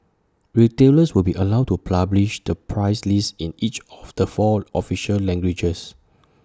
retailers will be allowed to publish the price list in each of the four official languages